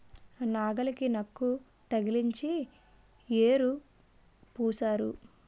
నాగలికి నక్కు తగిలించి యేరు పూశారు